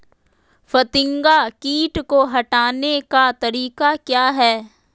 फतिंगा किट को हटाने का तरीका क्या है?